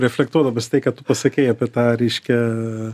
reflektuodamas tai ką tu pasakei apie tą ryškią